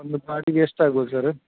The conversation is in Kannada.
ಒಂದು ಪಾರ್ಟಿಗೆ ಎಷ್ಟು ಆಗ್ಬೋದು ಸರ್ರು